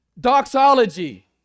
Doxology